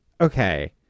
Okay